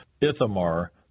Ithamar